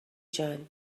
جان